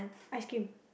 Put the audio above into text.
ice cream